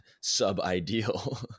sub-ideal